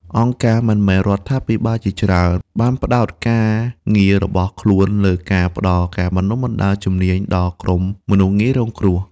អង្គការមិនមែនរដ្ឋាភិបាលជាច្រើនបានផ្តោតការងាររបស់ខ្លួនលើការផ្តល់ការបណ្តុះបណ្តាលជំនាញដល់ក្រុមមនុស្សងាយរងគ្រោះ។